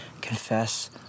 confess